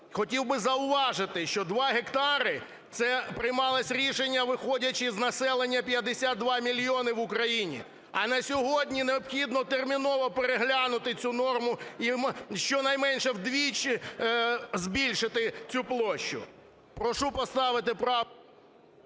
Хотів би зауважити, що 2 гектари – це приймалось рішення, виходячи із населення 52 мільйони в Україні. А на сьогодні необхідно терміново переглянути цю норму і щонайменше вдвічі збільшити цю площу. Прошу поставити…